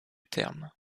terme